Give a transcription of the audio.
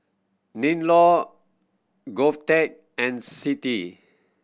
MinLaw GovTech and CITI